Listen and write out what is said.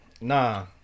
nah